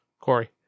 Corey